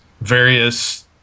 various